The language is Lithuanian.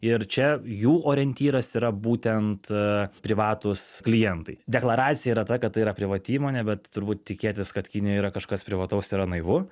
ir čia jų orientyras yra būtent privatūs klientai deklaracija yra ta kad tai yra privati įmonė bet turbūt tikėtis kad kinijoj yra kažkas privataus yra naivu